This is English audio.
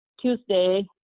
Tuesday